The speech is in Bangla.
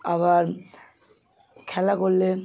আবার খেলা করলে